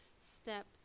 step